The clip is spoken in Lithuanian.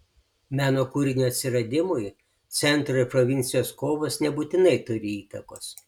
meno kūrinio atsiradimui centro ir provincijos kovos nebūtinai turi įtakos